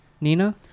Nina